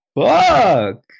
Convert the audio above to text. Fuck